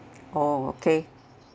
oh okay